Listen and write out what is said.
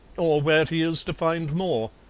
or where he is to find more.